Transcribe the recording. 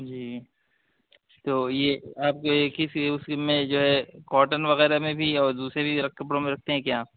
جی تو یہ آپ کی ایک ہی اسی میں جو ہے کاٹن وغیرہ میں بھی اور دوسری کپڑوں میں رکھتے ہیں کیا آپ